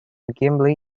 gimli